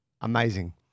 amazing